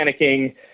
panicking